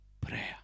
prayer